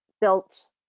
built